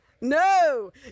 No